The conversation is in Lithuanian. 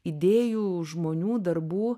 idėjų žmonių darbų